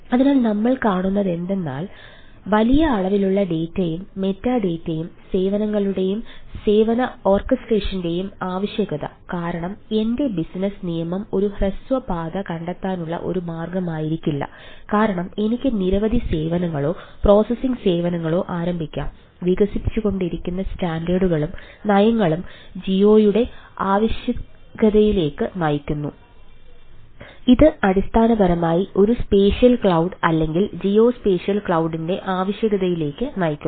അതിനാൽ നമ്മൾ കാണുന്നതെന്തെന്നാൽ വലിയ അളവിലുള്ള ഡാറ്റ ആവശ്യകതയിലേക്ക് നയിക്കുന്നു